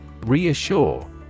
Reassure